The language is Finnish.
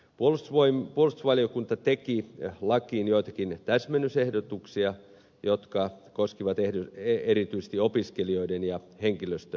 puolustusvaliokunta teki lakiin joitakin täsmennysehdotuksia jotka koskivat erityisesti opiskelijoiden ja henkilöstön asemaa